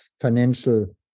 financial